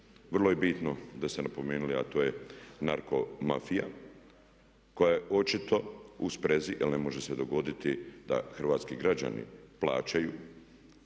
Vrlo je bitno da ste napomenuli a to je narko mafija koja je očito u sprezi jer ne može se dogoditi da hrvatski građani plaćaju